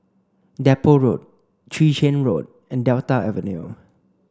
Depot Road Chwee Chian Road and Delta Avenue